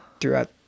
throughout